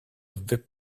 vip